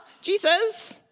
Jesus